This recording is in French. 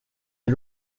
est